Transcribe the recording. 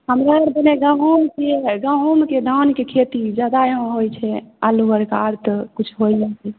हमहुँ आर दने गहूँमके गहूँमके धानके खेती जादा एहाँ होय छै आलू आरके आर तऽ किछु होएत नहि छै